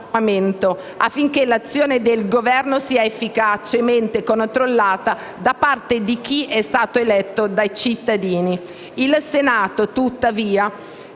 affinché l'azione del Governo sia efficacemente controllata da parte di chi è stato eletto dai cittadini. Il Senato, tuttavia,